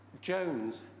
Jones